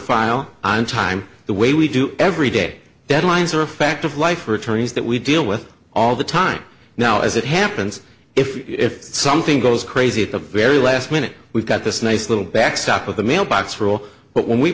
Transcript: file on time the way we do every day deadlines are a fact of life for attorneys that we deal with all the time now as it happens if something goes crazy at the very last minute we've got this nice little backstop of the mailbox for all but when we